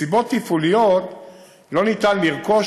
מסיבות תפעוליות לא ניתן לרכוש